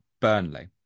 Burnley